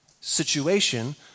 situation